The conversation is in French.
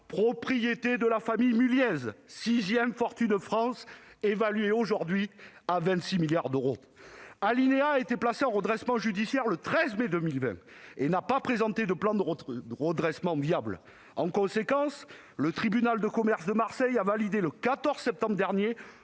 propriété de la famille Mulliez, dont la fortune, classée sixième de France, est évaluée à 26 milliards d'euros. L'entreprise a été placée en redressement judiciaire le 13 mai 2020 et n'a pas présenté de plan de redressement viable. En conséquence, le tribunal de commerce de Marseille a validé, le 14 septembre dernier,